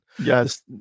Yes